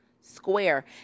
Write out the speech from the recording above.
square